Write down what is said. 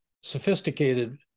sophisticated